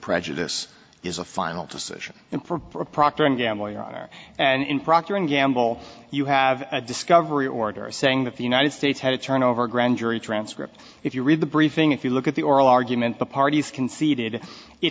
prejudice is a final decision and for proctor and gamble your honor and in procter and gamble you have a discovery order saying that the united states had to turn over a grand jury transcript if you read the briefing if you look at the oral argument the parties conceded it